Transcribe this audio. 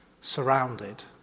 surrounded